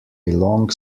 long